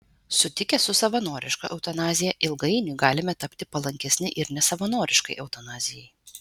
sutikę su savanoriška eutanazija ilgainiui galime tapti palankesni ir nesavanoriškai eutanazijai